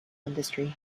industry